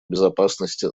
безопасности